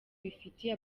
bifitiye